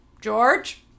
George